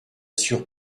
sûr